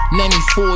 94